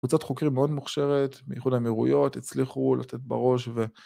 ‫קבוצת חוקרים מאוד מוכשרת, ‫באיחוד האמירויות, הצליחו לתת בראש ו...